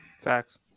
Facts